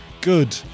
good